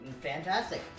fantastic